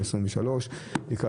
עמד